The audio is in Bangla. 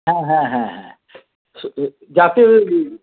হ্যাঁ হ্যাঁ হ্যাঁ হ্যাঁ